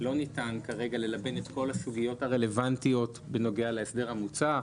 לא ניתן כרגע ללבן את כל הסוגיות הרלוונטיות בנוגע להסדר המוצע.